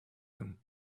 them